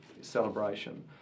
celebration